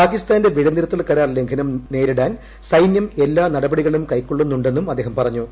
പാകിസ്ഥാന്റെ വെടിനിർത്തർ കരാർ ലംഘനം നേരിടാൻ സൈന്യം എല്ലാ നടപടികളും ക്കെകൊള്ളുന്നുണ്ടെന്നും അദ്ദേഹം പറഞ്ഞു